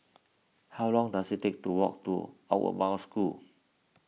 how long does it take to walk to Outward Bound School